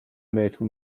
بهتون